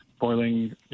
boiling